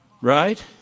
right